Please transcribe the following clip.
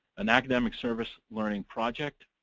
an academic service learning project?